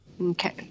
Okay